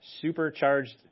supercharged